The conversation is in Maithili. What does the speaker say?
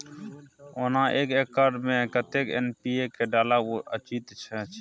ओना एक एकर मे कतेक एन.पी.के डालब उचित अछि?